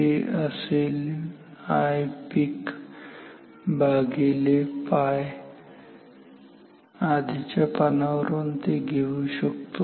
ते असेल Ipeak भागिले 𝜋 आधीच्या पानावरून ते घेऊ शकतो